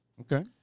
Okay